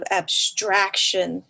abstraction